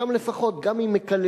שם, לפחות, גם אם מקללים,